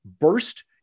burst